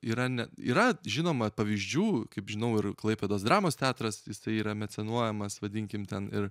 yra ne yra žinoma pavyzdžių kaip žinau ir klaipėdos dramos teatras jisai yra mecenuojamas vadinkim ten ir